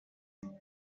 please